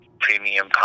premium